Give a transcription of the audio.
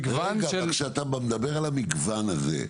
כשאתה מדבר על המגוון הזה,